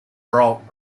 brought